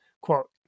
quote